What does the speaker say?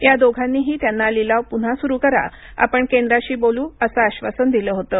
या दोघांनीही त्याना लिलाव प्न्हा सुरू करा आपण केंद्राशी बोलू असं आश्वासन दिलं होतं